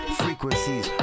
frequencies